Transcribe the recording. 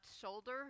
shoulder